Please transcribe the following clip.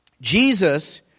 Jesus